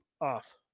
off